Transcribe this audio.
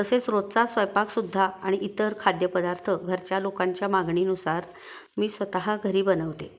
तसेच रोजचा स्वयपाकसुद्धा आणि इतर खाद्यपदार्थ घरच्या लोकांच्या मागणीनुसार मी स्वतः घरी बनवते